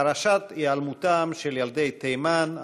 פרשת היעלמותם של ילדי תימן,